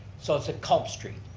so it's ah culp street,